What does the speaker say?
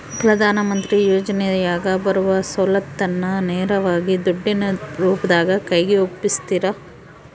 ಪ್ರಧಾನ ಮಂತ್ರಿ ಯೋಜನೆಯಾಗ ಬರುವ ಸೌಲತ್ತನ್ನ ನೇರವಾಗಿ ದುಡ್ಡಿನ ರೂಪದಾಗ ಕೈಗೆ ಒಪ್ಪಿಸ್ತಾರ?